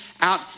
out